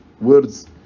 words